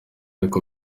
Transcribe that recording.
y’uko